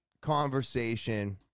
conversation